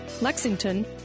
Lexington